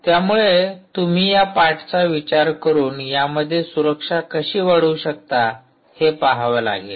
त्यामुळे तुम्ही या पाठचा विचार करून यामध्ये सुरक्षा कशी वाढवू शकता हे पहावे लागेल